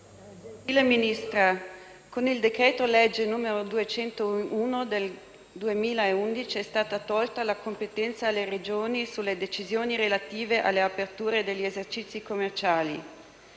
Signor Ministro, con il decreto legge n. 201 del 2011 è stata tolta la competenza alle Regioni sulle decisioni relative alle aperture degli esercizi commerciali.